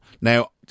Now